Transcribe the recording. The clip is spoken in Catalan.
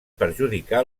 perjudicar